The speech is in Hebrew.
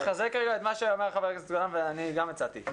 אני מחזק את דבריו של חבר הכנסת יאיר גולן וגם אני הצעתי את זה.